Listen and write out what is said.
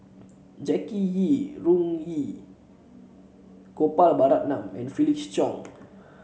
Jackie Yi Ru Ying Gopal Baratham and Felix Cheong